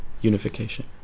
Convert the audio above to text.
unification